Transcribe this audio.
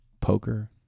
poker